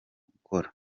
gukora